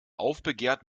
aufbegehrt